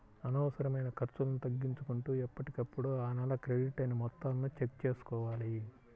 అనవసరమైన ఖర్చులను తగ్గించుకుంటూ ఎప్పటికప్పుడు ఆ నెల క్రెడిట్ అయిన మొత్తాలను చెక్ చేసుకోవాలి